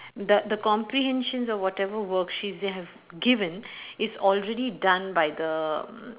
the the comprehensions or whatever worksheets they have given is already done by the mm